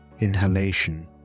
inhalation